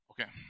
Okay